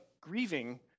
grieving